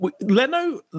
Leno